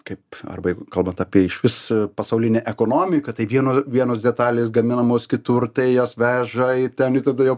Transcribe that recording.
kaip arba jeigu kalbant apie išvis pasaulinę ekonomiką tai vieno vienos detalės gaminamos kitur tai jos veža į ten į tada jau